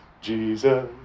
Jesus